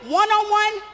one-on-one